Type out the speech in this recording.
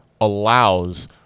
allows